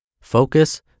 Focus